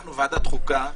אנחנו ועדת חוקה.